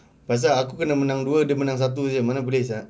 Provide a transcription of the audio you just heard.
pasal aku kena menang dua dia menang satu jer mana boleh sia